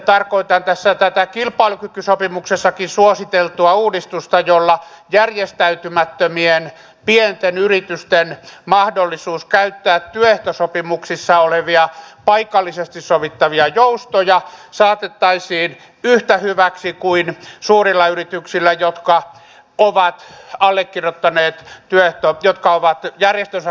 tarkoitan tässä tätä kilpailukykysopimuksessakin suositeltua uudistusta jolla järjestäytymättömien pienten yritysten mahdollisuus käyttää työehtosopimuksissa olevia paikallisesti sovittavia joustoja saatettaisiin yhtä hyväksi kuin suurilla yrityksillä jotka ovat järjestönsä kautta työehtosopimukseen velvoitettuja